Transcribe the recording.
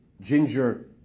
ginger